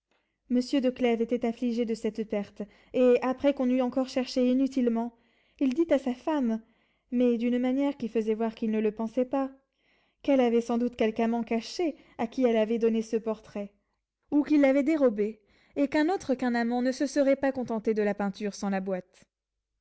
monsieur de clèves était affligé de cette perte et après qu'on eut encore cherché inutilement il dit à sa femme mais d'une manière qui faisait voir qu'il ne le pensait pas qu'elle avait sans doute quelque amant caché à qui elle avait donné ce portrait ou qui l'avait dérobé et qu'un autre qu'un amant ne se serait pas contenté de la peinture sans la boîte